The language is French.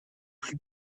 plus